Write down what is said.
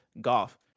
golf